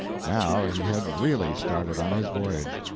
now he had really started on his voyage.